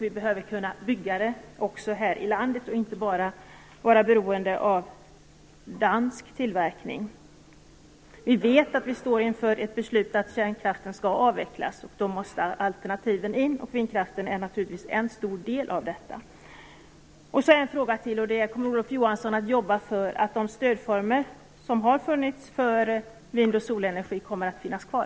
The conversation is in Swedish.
Vi behöver kunna bygga vindkraftverk också här i landet och inte vara beroende av dansk tillverkning. Vi vet att vi står inför ett beslut om att kärnkraften skall avvecklas. Då måste alternativen in. Vindkraften är naturligtvis en stor del av detta. Jag har en fråga till: Kommer Olof Johansson att jobba för att de stödformer som har funnits för vind och solenergi kommer att finnas kvar?